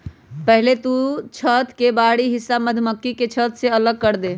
पहले तु छत्त के बाहरी हिस्सा मधुमक्खी के छत्त से अलग करदे